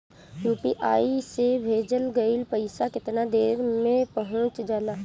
UPI से भेजल गईल पईसा कितना देर में पहुंच जाला?